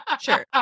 sure